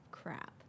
Crap